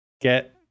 Get